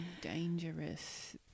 Dangerous